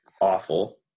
awful